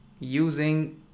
Using